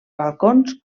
balcons